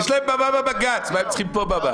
יש להם במה בבג"ץ, מה הם צריכים במה פה?